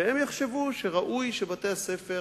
שהם יחשבו שראוי שבתי-הספר